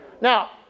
Now